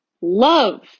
love